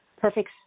perfect